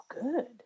good